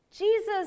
Jesus